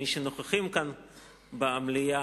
ממי שנוכחים כאן במליאה,